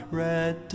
red